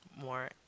more